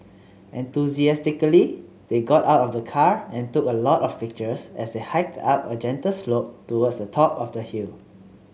enthusiastically they got out of the car and took a lot of pictures as they hiked up a gentle slope towards the top of the hill